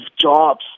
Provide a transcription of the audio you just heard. jobs